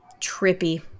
trippy